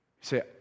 say